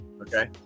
Okay